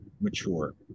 mature